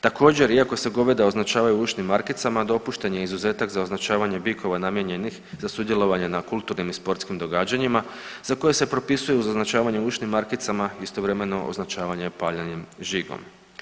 Također iako se goveda označavaju ušnim markicama dopušten je izuzetak za označavanje bikova namijenjenih za sudjelovanje na kulturnim i sportskim događanjima za koje se propisuje uz označavanje ušnim markicama istovremeno označavanje paljenjem žigom.